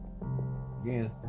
again